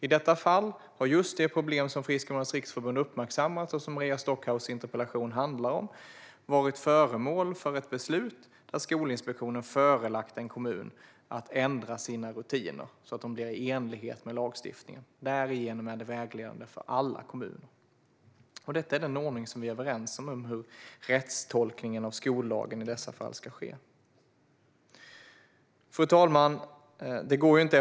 I detta fall har just det problem som Friskolornas riksförbund har uppmärksammat, och som Maria Stockhaus interpellation handlar om, varit föremål för ett beslut där Skolinspektionen förelagt en kommun att ändra sina rutiner så att de blir i enlighet med lagstiftningen. Därigenom är beslutet vägledande för alla kommuner. Detta är den ordning och den rättstolkning av skollagen som vi är överens om i dessa fall ska ske. Fru talman!